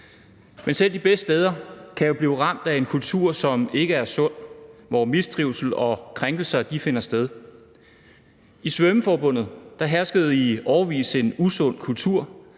Men selv de bedste steder kan jo blive ramt af en kultur, som ikke er sund, og hvor mistrivsel og krænkelser finder sted. I svømmeforbundet herskede i årevis en usund kultur,